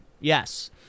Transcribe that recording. Yes